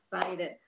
excited